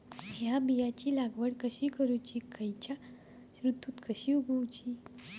हया बियाची लागवड कशी करूची खैयच्य ऋतुत कशी उगउची?